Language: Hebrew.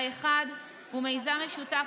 האחד הוא מיזם משותף,